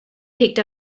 picked